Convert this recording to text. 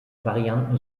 varianten